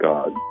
God